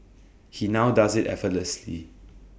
he now does IT effortlessly